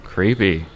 Creepy